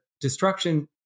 destruction